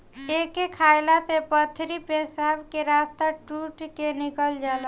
एके खाएला से पथरी पेशाब के रस्ता टूट के निकल जाला